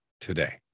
today